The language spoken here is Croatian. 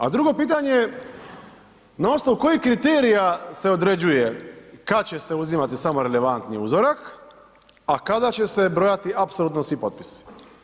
A drugo pitanje je na osnovu kojih kriterija se određuje kad će se uzimati samo relevantni uzorak, a kada će se brojati apsolutno svi potpisi?